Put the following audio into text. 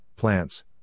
plants